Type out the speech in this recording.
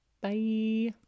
Bye